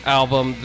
album